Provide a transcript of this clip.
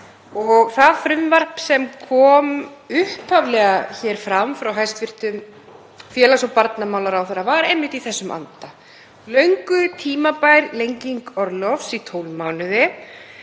Það frumvarp sem kom upphaflega fram frá hæstv. félags- og barnamálaráðherra var einmitt í þessum anda, löngu tímabær lenging orlofs í 12 mánuði,